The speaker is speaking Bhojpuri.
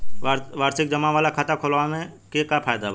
वार्षिकी जमा वाला खाता खोलवावे के का फायदा बा?